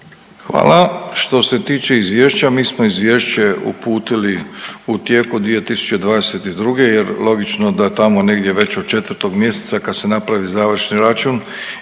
Ivo** Što se tiče izvješća mi smo izvješće uputili u tijeku 2022. jer logično da tamo već negdje od 4. mjeseca kad se napravi završni račun